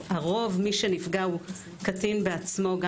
לרוב מי שנפגע הוא קטין בעצמו גם.